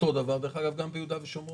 אותו דבר, דרך אגב, גם ביהודה ושומרון.